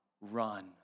Run